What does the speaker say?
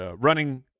running